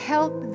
Help